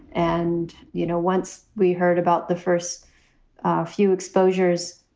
and, you know, once we heard about the first few exposures,